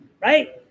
Right